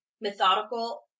methodical